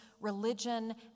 religion